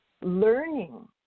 learning